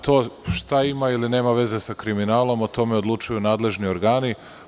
To šta ima ili nema veze sa kriminalom, o tome odlučuju nadležni organi.